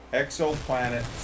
exoplanet